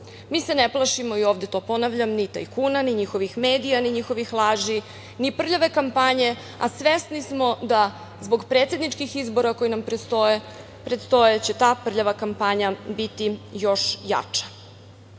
Mi se ne plašimo i ovde to ponavljam – ni tajkuna, ni njihovih medija, ni njihovih laži, ni prljave kampanje, a svesni smo da zbog predsedničkih izbora koji nam predstoje ta prljava kampanja će biti još jača. Ne